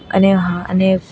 અને હા અને